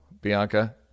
Bianca